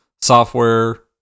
software